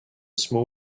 small